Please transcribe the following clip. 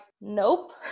nope